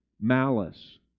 Malice